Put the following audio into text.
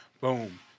Boom